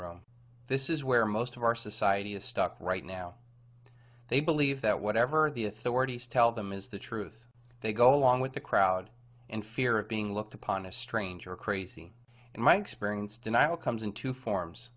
room this is where most of our society is stuck right now they believe that whatever the authorities tell them is the truth they go along with the crowd in fear of being looked upon a strange or crazy and my experience denial comes in two forms